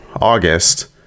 August